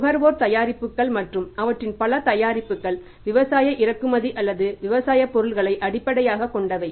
நுகர்வோர் தயாரிப்புகள் மற்றும் அவற்றின் பல தயாரிப்புகள் விவசாய இறக்குமதி அல்லது விவசாயப் பொருளை அடிப்படையாகக் கொண்டவை